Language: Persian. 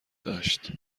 داشت